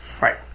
Right